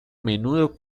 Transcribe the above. menudo